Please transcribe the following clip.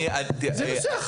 זה נושא החוק.